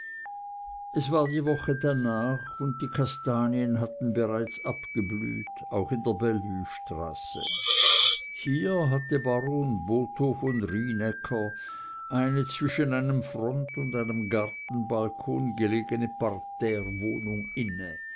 es war die woche darnach und die kastanien hatten bereits abgeblüht auch in der bellevuestraße hier hatte baron botho von rienäcker eine zwischen einem front und einem gartenbalkon gelegene parterrewohnung inne